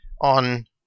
on